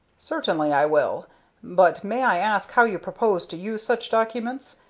certainly i will but may i ask how you propose to use such documents?